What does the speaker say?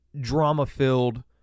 drama-filled